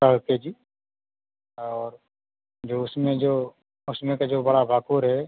पर के जी और जो उसमें जो उसमें का जो बड़ा बाकुर है